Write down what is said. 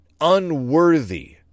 unworthy